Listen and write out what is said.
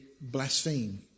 blaspheme